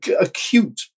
acute